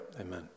amen